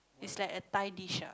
is like a thai dish ah